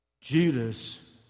Judas